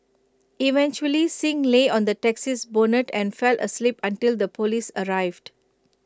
eventually Singh lay on the taxi's bonnet and fell asleep until the Police arrived